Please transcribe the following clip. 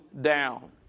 down